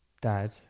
dad